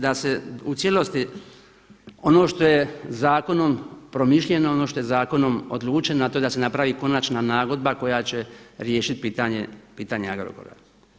Da se u cijelosti ono što je zakonom promišljeno, ono što je zakonom odlučeno a to je da se napravi konačna nagodba koja će riješiti pitanje Agrokora.